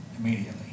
immediately